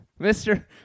Mr